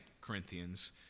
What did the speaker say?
Corinthians